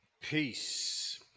peace